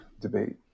debate